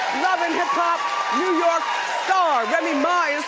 love and hip hop new york star remy ma is